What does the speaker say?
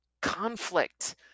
conflict